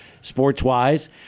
sports-wise